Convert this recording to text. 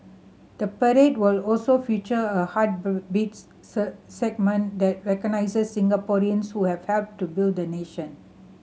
the parade will also feature a segment that recognises Singaporeans who have helped to build the nation